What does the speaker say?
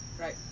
right